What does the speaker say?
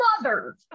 mother